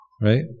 right